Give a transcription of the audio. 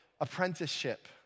apprenticeship